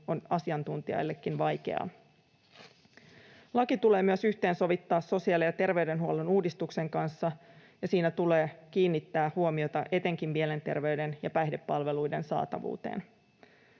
on asiantuntijoillekin vaikeaa. Laki tulee myös yhteensovittaa sosiaali- ja terveydenhuollon uudistuksen kanssa, ja siinä tulee kiinnittää huomiota etenkin mielenterveyden ja päihdepalveluiden saatavuuteen.